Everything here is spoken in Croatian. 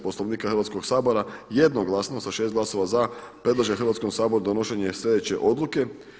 Poslovnika Hrvatskog sabora jednoglasno sa 6 glasova za predlaže Hrvatskom saboru donošenje sljedeće odluke.